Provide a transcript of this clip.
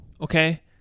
Okay